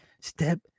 step